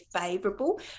favorable